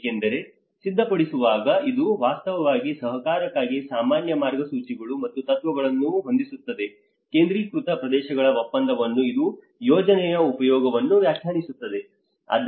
ಏಕೆಂದರೆ ಸಿದ್ದಪಡಿಸುವಾಗ ಇದು ವಾಸ್ತವವಾಗಿ ಸಹಕಾರಕ್ಕಾಗಿ ಸಾಮಾನ್ಯ ಮಾರ್ಗಸೂಚಿಗಳು ಮತ್ತು ತತ್ವಗಳನ್ನು ಹೊಂದಿಸುತ್ತದೆ ಕೇಂದ್ರೀಕೃತ ಪ್ರದೇಶಗಳ ಒಪ್ಪಂದವನ್ನು ಇದು ಯೋಜನೆಯ ಉಪಯೋಗವನ್ನು ವ್ಯಾಖ್ಯಾನಿಸುತ್ತದೆ